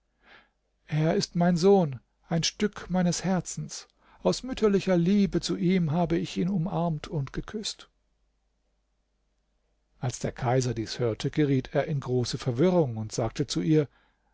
er ist mein sohn ein stück meines herzens aus mütterlicher liebe zu ihm habe ich ihn umarmt und geküßt als der kaiser dies hörte geriet er in große verwirrung und sagte zu ihr